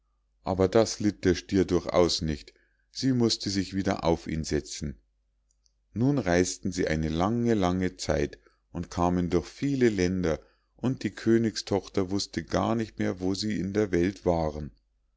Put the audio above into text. aber das litt der stier durchaus nicht sie mußte sich wieder auf ihn setzen nun reis'ten sie eine lange lange zeit und kamen durch viele länder und die königstochter wußte gar nicht mehr wo sie in der welt waren